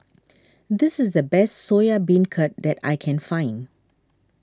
this is the best Soya Beancurd that I can find